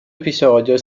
episodio